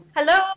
Hello